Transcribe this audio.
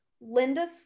Linda